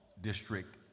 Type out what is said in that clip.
District